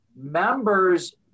members